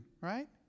right